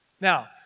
Now